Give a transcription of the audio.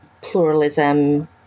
pluralism